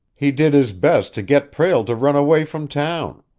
he did his best to get prale to run away from town.